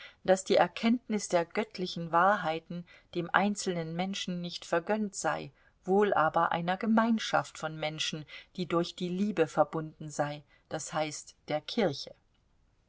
daß die erkenntnis der göttlichen wahrheiten dem einzelnen menschen nicht vergönnt sei wohl aber einer gemeinschaft von menschen die durch die liebe verbunden sei das heißt der kirche